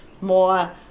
more